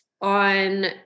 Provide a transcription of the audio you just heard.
On